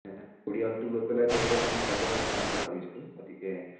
পৰিয়ালটো লৈ পেলাই ধৰি লওক আমি কাজিৰঙা যাম বুলি ভাবিছিলোঁ গতিকে